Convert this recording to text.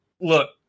look